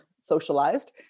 socialized